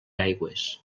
aigües